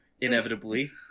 inevitably